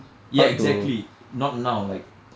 ya exactly not now like